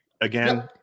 Again